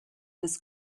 his